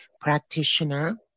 practitioner